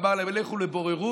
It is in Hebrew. אמר להם: לכו לבוררות